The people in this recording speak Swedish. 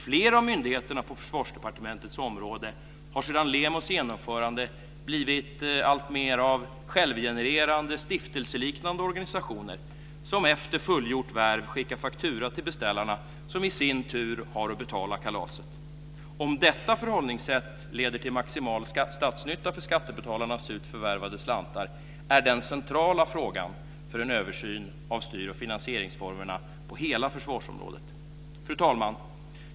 Flera av myndigheterna på Försvarsdepartementets område har sedan LEMO:s genomförande blivit alltmer av "självgenererande stiftelseliknande organisationer", som efter fullgjort värv skickar faktura till beställarna, som i sin tur har att betala kalaset. Om detta förhållningssätt leder till maximal statsnytta för skattebetalarnas surt förvärvade slantar är den centrala frågan för en översyn av styr och finansieringsformerna på hela försvarsområdet. Fru talman!